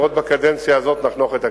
ועוד בקדנציה הזו נחנוך את הכביש.